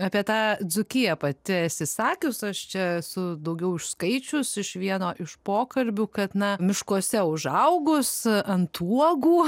apie tą dzūkiją pati esi sakius aš čia esu daugiau užskaičius iš vieno iš pokalbių kad na miškuose užaugus ant uogų